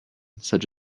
such